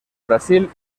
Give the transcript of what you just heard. brasil